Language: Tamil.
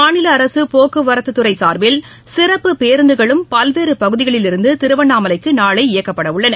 மாநில அரசு போக்குவரத்து துறை சார்பில் சிறப்பு பேருந்துகளும் பல்வேறு பகுதிகளிலிருந்து திருவண்ணாமலைக்கு நாளை இயக்கப்பட உள்ளன